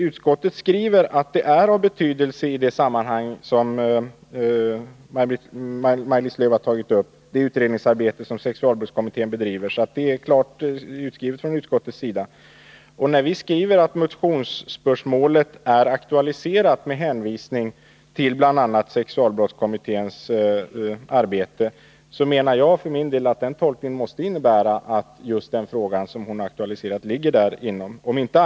Utskottet skriver klart att det utredningsarbete som sexualbrottskommittén bedriver är av betydelse i det sammanhang som Maj-Lis Lööw har tagit upp. När vi skriver att motionsspörsmålet är aktualiserat, med hänvisning till bl.a. sexualbrottskommitténs arbete, så menar jag för min del att det måste innebära att just den fråga som Maj-Lis Lööw har aktualiserat ligger inom den ramen.